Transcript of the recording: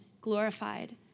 glorified